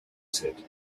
said